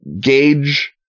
gauge